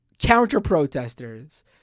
counter-protesters